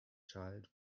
child